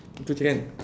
itu jer kan